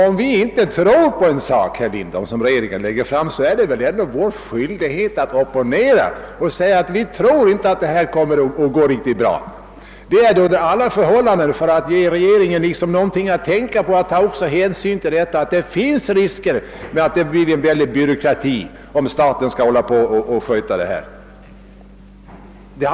Om vi inte tror på en sak som regeringen föreslår måste vi opponera och säga ifrån att vi inte anser att detta kommer att gå bra. Vi ger därmed ändå regeringen litet att tänka på. Och här säger vi att det finns risker för byråkrati om staten skall sköta denna uppgift.